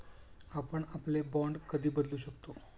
आपण आपले बाँड कधी बदलू शकतो?